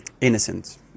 innocent